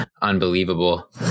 unbelievable